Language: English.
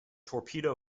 torpedo